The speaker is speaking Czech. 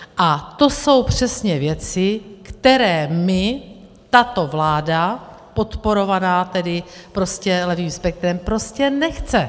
A to jsou přesně věci, které my, tato vláda, podporovaná tedy prostě levým spektrem, nechce.